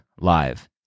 Live